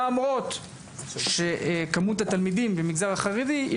למרות שכמות התלמידים במגזר החרדי היא